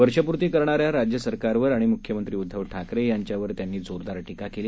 वर्षपूर्ती करणाऱ्या राज्य सरकारवर आणि मुख्यमंत्री उद्धव ठाकरे यांच्यावर त्यांनी जोरदार टीका केली